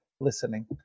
listening